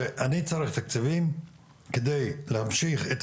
שאני צריך תקציבים על מנת להמשיך את